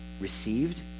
received